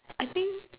I think